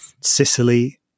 Sicily